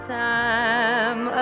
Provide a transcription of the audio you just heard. time